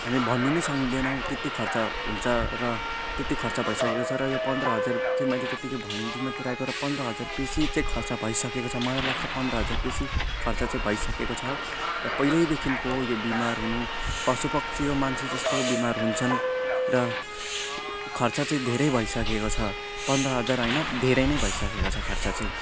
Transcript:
हामी भन्नु नै सक्दैनौ त्यति खर्च हुन्छ र त्यति खर्च भइसकेको छ र यो पन्ध्र हजार चाहिँ मैले त्यतिकै भनिदिई मात्र राखेको र पन्ध्र हजार बेसी चाहिँ खर्च भइसकेको छ मलाई लाग्छ पन्ध्र हजार बेसी चाहिँ खर्च भइसकेको छ र पहिल्यैदेखिको यो बिमार हुनु पशु पक्षीको मान्छे जस्तोको बिमार हुन्छन् र खर्च चाहिँ धेरै भइसकेको छ पन्ध्र हजार होइन धेरै नै भइसकेको छ खर्च चाहिँ